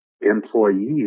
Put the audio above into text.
employees